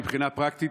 מבחינה פרקטית,